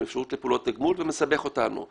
זה מסבך אותנו.